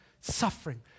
suffering